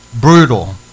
brutal